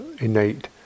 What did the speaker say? innate